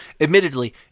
Admittedly